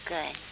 Good